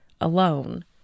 alone